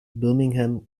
birmingham